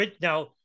Now